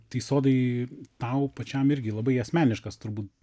tai sodai tau pačiam irgi labai asmeniškas turbūt